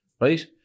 right